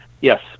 Yes